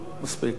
לא, מספיק לו.